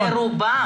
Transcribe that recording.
רובן.